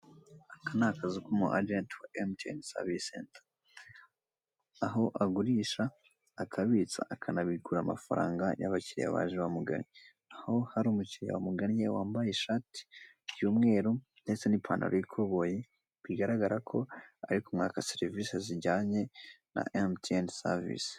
Aka ni akazu ku mu ajenti wa emutiyene savisi senta, aho agurisha, akabitsa, akanabikura amafaranga y'abakiliya baje bamuganye, aho hari umukiliya wamuganye wambaye ishati y'umweru ndetse n'ipantaro y'ikoboyi bigaragara ko ari kumwaka serivise zijyanye na emutiyene savisi